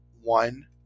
one